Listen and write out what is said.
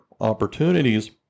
opportunities